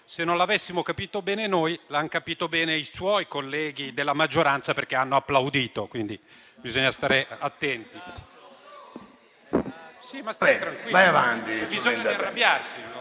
se non l'avessimo capito bene noi, l'hanno capito bene i suoi colleghi della maggioranza, perché hanno applaudito. Quindi, bisogna stare attenti.